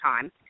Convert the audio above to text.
time